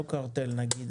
לא קרטל נגיד,